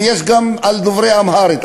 ויש גם על דוברי אמהרית,